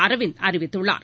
அரவிந்த் அறிவித்துள்ளார்